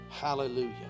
Hallelujah